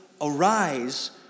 Arise